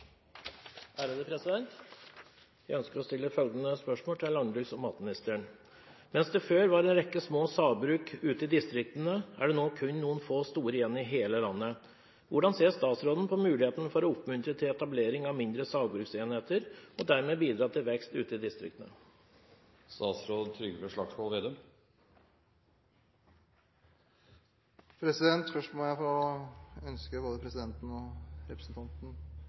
slik situasjon. Jeg ønsker å stille følgende spørsmål til landbruks- og matministeren: «Mens det før var en rekke små sagbruk ute i distriktene, er det nå kun noen få store igjen i hele landet. Hvordan ser statsråden på muligheten for å oppmuntre til etablering av mindre sagbruksenheter og dermed bidra til vekst ute i distriktene?» Først vil jeg ønske både presidenten og representanten